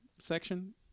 section